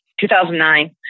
2009